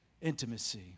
intimacy